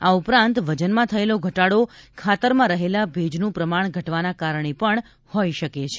આ ઉપરાંત વજનમાં થયેલો ઘટાડો ખાતરમાં રહેલા ભેજનું પ્રમાણ ઘટવાના કારણે હોઇ શકે છે